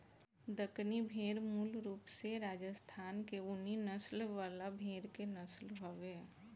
दक्कनी भेड़ मूल रूप से राजस्थान के ऊनी नस्ल वाला भेड़ के नस्ल हवे